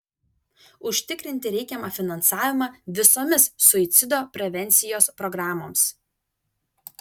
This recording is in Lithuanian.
užtikrinti reikiamą finansavimą visomis suicido prevencijos programoms